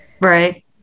right